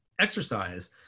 exercise